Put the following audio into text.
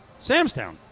samstown